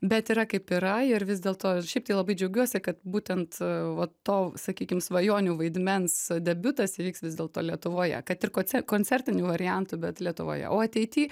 bet yra kaip yra ir vis dėlto šiaip tai labai džiaugiuosi kad būtent a va to sakykim svajonių vaidmens debiutas įvyks vis dėlto lietuvoje kad ir kocia koncertiniu variantu bet lietuvoje o ateity